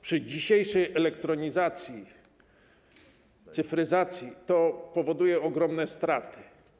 Przy dzisiejszej elektronizacji, cyfryzacji to powoduje ogromne straty.